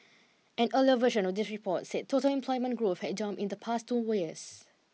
an earlier version of this report said total employment growth had jumped in the past two wills